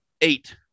eight